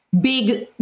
Big